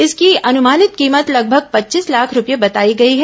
इसकी अनुमानित कीमत लगभग पच्चीस लाख रूपये बताई गई है